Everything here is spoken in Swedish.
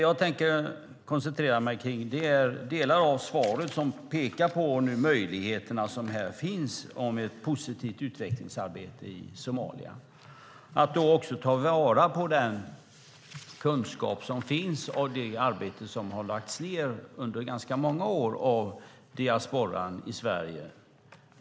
Jag tänker koncentrera mig på de delar av svaret som pekar på de möjligheter som finns för ett positivt utvecklingsarbete i Somalia. Det handlar om att ta vara på den kunskap som finns om det arbete som har lagts ned under ganska många år av diasporan i Sverige.